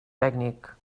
tècnic